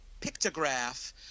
pictograph